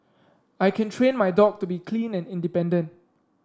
I can train my dog to be clean and independent